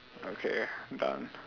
okay done